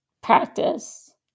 practice